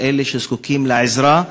לאלה שזקוקים לעזרה.